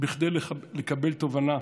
כדי לקבל תובנה,